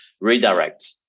redirect